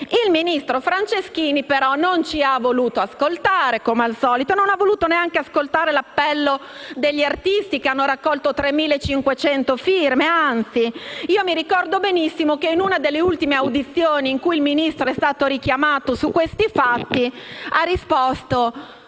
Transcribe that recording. Il ministro Franceschini però non ci ha voluto ascoltare, come al solito, e non ha voluta neanche ascoltare l'appello degli artisti, che hanno raccolto 3.500 firme. Anzi, ricordo benissimo che in una delle ultime audizioni in cui il Ministro è stato richiamato su questi fatti, ha